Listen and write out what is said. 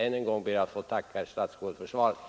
Ännu en gång ber jag att få tacka herr statsrådet för svaret.